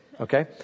Okay